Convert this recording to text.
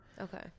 Okay